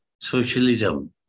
socialism